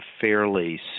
fairly